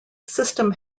system